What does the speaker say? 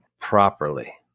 properly